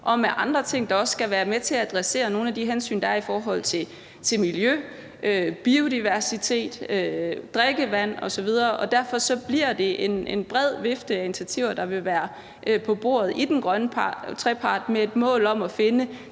og med andre ting, der også skal være med til at adressere nogle af de hensyn, der er til miljø, biodiversitet, drikkevand osv. Derfor bliver det en bred vifte af initiativer, der vil være på bordet i den grønne trepart, med det mål at finde